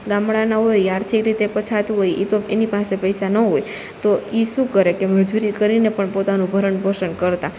ગામડાના હોય ઈ આર્થિક રીતે પછાત હોય ઈ તો એની પાસે પૈસા ન હોય તો ઈ સું કરે કે મજૂરી કરીને પણ પોતાનું ભરણ પોષણ કરતાં